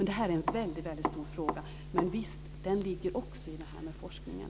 Det här är en väldigt stor fråga men, visst, den ligger också i det här med forskningen.